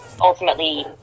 ultimately